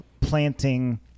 planting